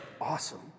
Awesome